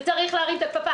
צריך להרים את הכפפה.